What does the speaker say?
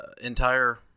entire